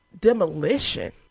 demolition